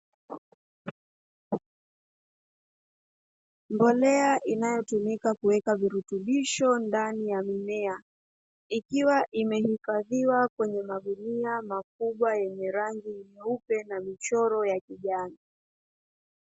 Mbolea inayotumika kuweka virutubisho ndani ya mimea, ikiwa imehifadhiwa kwenye magunia makubwa yenye rangi nyeupe, na michoro ya kijani.